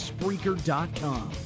Spreaker.com